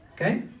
Okay